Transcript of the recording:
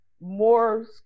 more